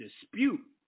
dispute